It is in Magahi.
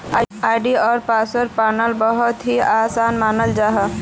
आई.डी.आर पासवर्ड पाना बहुत ही आसान मानाल जाहा